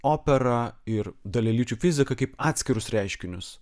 operą ir dalelyčių fiziką kaip atskirus reiškinius